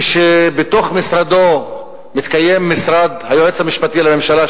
ושבתוך משרדו מתקיים משרד היועץ המשפטי לממשלה,